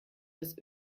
das